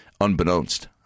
unbeknownst